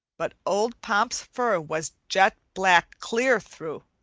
but old pomp's fur was jet black clear through,